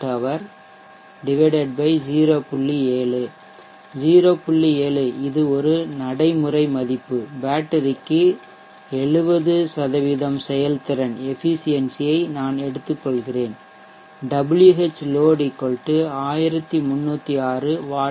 7 இது ஒரு நடைமுறை மதிப்பு பேட்டரிக்கு 70 செயல்திறனை நான் எடுத்துக்கொள்கிறேன் Whload 1306 Wh